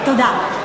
תודה.